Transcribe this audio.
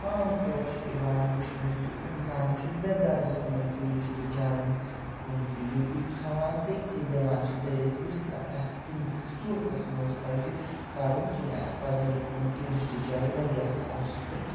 عام طور چھِ یِوان وُچھنہٕ کہِ اِنسان چھُ بےٚغرض یِمَن ٹیوٗرِسٹہٕ جایَن کُن تہٕ ییٚتی کھٮ۪وان تٔتتھٕے دِوان چھِ دٲرِتھ یُس نہٕ اَسہِ کُنہِ تہِ صوٗرتَس منٛز پَزِ کَرُن کیٚنٛہہ اَسہِ پَزَن یِمہٕ ٹیوٗرِسٹہٕ جایہِ واریاہ صاف سُتھرٕ